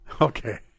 Okay